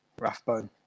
Rathbone